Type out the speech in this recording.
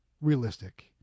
realistic